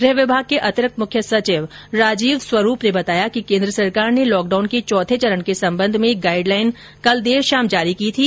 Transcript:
गृह विभाग के अतिरिक्त मुख्य सचिव राजीव स्वरूप ने बताया कि केन्द्र सरकार ने लॉकडाउन के चौथे चरण के संबंध में गाईड लाईन कल देर शाम जारी की थी